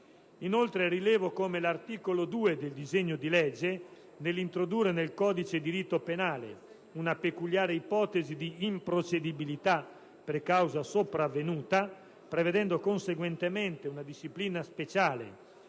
Inoltre, rilevo come l'articolo 2 del disegno di legge, nell'introdurre nel codice di rito penale una peculiare ipotesi di improcedibilità per causa sopravvenuta, prevedendo conseguentemente una disciplina speciale